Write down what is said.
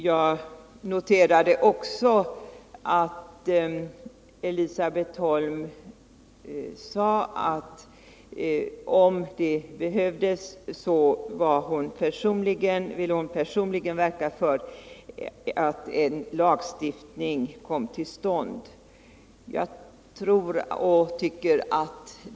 Jag noterar också att Elisabet Holm sade att om det behövdes, ville hon personligen verka för att en lagstiftning kommer till stånd.